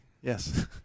Yes